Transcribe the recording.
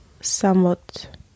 somewhat